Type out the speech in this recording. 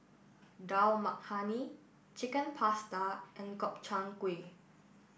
Dal Makhani Chicken Pasta and Gobchang Gui